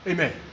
Amen